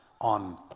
on